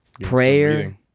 Prayer